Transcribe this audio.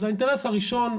אז האינטרס הראשון,